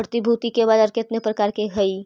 प्रतिभूति के बाजार केतने प्रकार के हइ?